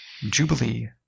Jubilee